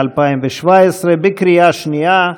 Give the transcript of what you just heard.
התשע"ז 2017, בקריאה שנייה.